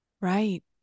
Right